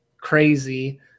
crazy